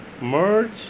merge